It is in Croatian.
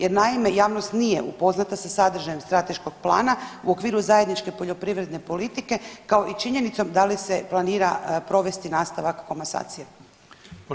Jer naime javnost nije upoznata sa sadržajem strateškog plana u okviru zajedničke poljoprivredne politike kao i činjenicom da li se planira provesti nastavak komasacije.